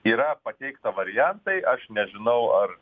yra pateikta variantai aš nežinau ar